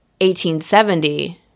1870